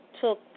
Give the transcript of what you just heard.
took